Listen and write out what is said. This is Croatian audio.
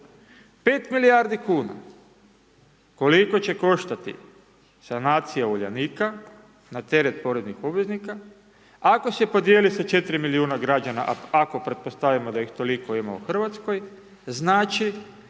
5 milijardi kuna koliko će koštati sanacija Uljanika na teret poreznih obveznika, ako se podijeli sa 4 milijuna građana, ako pretpostavimo da ih toliko ima u Hrvatskoj, znači